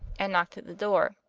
and knocked at the door.